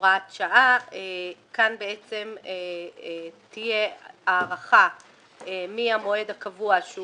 כאן תהיה הארכה מהמועד הקבוע שהוא